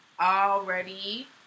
Already